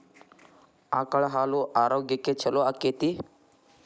ಆಕಳ ಹಾಲು ಆರೋಗ್ಯಕ್ಕೆ ಛಲೋ ಆಕ್ಕೆತಿ?